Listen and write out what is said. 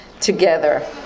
together